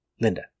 Linda